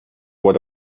what